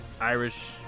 irish